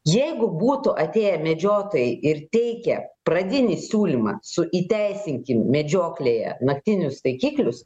jeigu būtų atėję medžiotojai ir teikę pradinį siūlymą su įteisinkim medžioklėje naktinius taikiklius